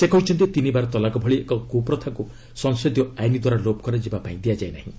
ସେ କହିଛନ୍ତି ତିନି ବାର ତଲାକ୍ ଭଳି ଏକ କୁପ୍ରଥାକୁ ସଂସଦୀୟ ଆଇନଦ୍ୱାରା ଲୋପ କରାଯିବାପାଇଁ ଦିଆଯାଇ ନାହିଁ